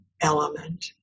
element